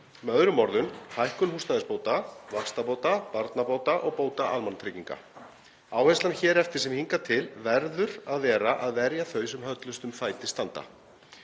Með öðrum orðum: Hækkun húsnæðisbóta, vaxtabóta, barnabóta og bóta almannatrygginga. Áherslan hér eftir sem hingað til verður að vera að verja þau sem höllustum fæti standa.